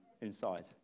inside